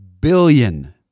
billion